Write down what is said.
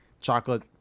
chocolate